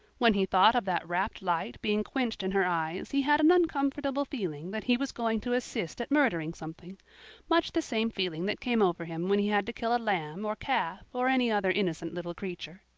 when he thought of that rapt light being quenched in her eyes he had an uncomfortable feeling that he was going to assist at murdering something much the same feeling that came over him when he had to kill a lamb or calf or any other innocent little creature.